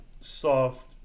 soft